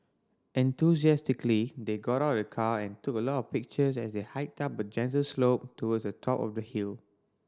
enthusiastically they got out of the car and took a lot of pictures as they hiked up a gentle slope towards the top of the hill